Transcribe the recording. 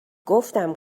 گفتم